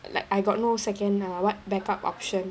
like I got no second uh what backup option